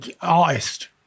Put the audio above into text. Artist